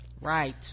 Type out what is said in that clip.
right